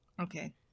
Okay